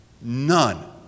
None